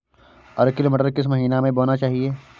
Arkel मटर किस महीना में बोना चाहिए?